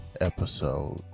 episode